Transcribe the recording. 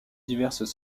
diverses